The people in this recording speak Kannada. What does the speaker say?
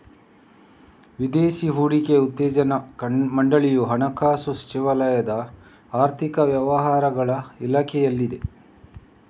ವಿದೇಶಿ ಹೂಡಿಕೆ ಉತ್ತೇಜನಾ ಮಂಡಳಿಯು ಹಣಕಾಸು ಸಚಿವಾಲಯದ ಆರ್ಥಿಕ ವ್ಯವಹಾರಗಳ ಇಲಾಖೆಯಲ್ಲಿದೆ